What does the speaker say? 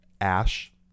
Ash